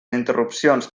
interrupcions